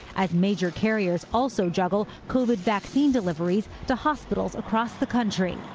as major carriers also juggle covid vaccine deliveries to hospitals across the country.